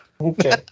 okay